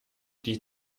die